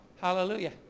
Hallelujah